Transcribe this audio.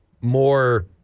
more